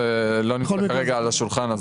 זה לא נמצא כרגע על השולחן,